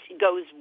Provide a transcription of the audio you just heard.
goes